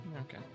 Okay